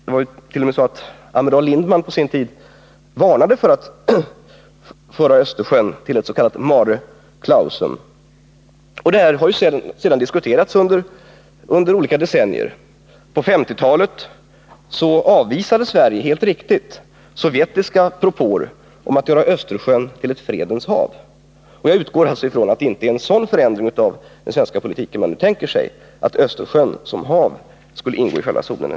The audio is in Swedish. Amiral Lindman varnade på sin tid för försök att göra Östersjön till ett s.k. mare clausum. Detta har sedan diskuterats under olika decennier. På 1950-talet avvisade Sverige — helt riktigt — sovjetiska propåer om att göra Östersjön till ett fredens hav. Jag utgår alltså från att man inte tänker sig en sådan förändring av den svenska politiken att Östersjön som hav skulle ingå i själva zonen.